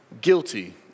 Guilty